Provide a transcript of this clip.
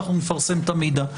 ואנחנו נפרסם את המידע.